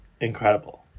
incredible